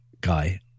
guy